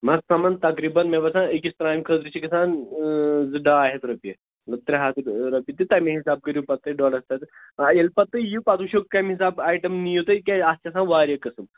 یہِ حظ سَمن تقریٖباً مےٚ باسان أکِس ترٛامہِ خٲطرٕ چھِ گژھان زٕ ڈاے ہَتھ رۄپیہِ مطلب ترٛےٚ ہَتھ رۄپیہِ تہٕ تَمے حِساب کٔرِو پَتہٕ تُہۍ ڈۄڈ ہَتس آ ییٚلہِ پَتہٕ تُہۍ یِیِو پَتہٕ وُچھِو کَمہِ حِساب آیٹَم نِیِو تُہۍ تِکیٛازِ اَتھ چھِ آسان واریاہ قٕسٕم